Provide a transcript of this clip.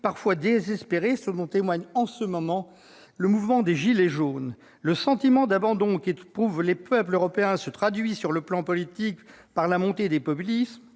parfois désespérés : en témoigne, en ce moment, le mouvement des « gilets jaunes ». Le sentiment d'abandon qu'éprouvent les peuples européens se traduit, sur le plan politique, par la montée des populismes,